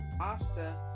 Asta